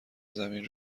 زمین